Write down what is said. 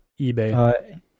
eBay